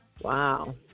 Wow